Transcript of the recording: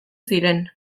ziren